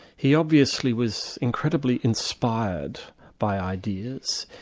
he obviously was incredibly inspired by ideas.